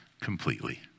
completely